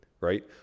right